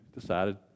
decided